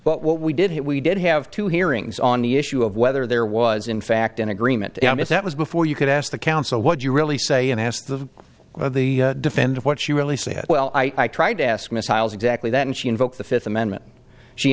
but what we did it we did have two hearings on the issue of whether there was in fact an agreement and if that was before you could ask the counsel what you really say and ask of the defender what she really said well i tried to ask mr iles exactly that and she invoked the fifth amendment she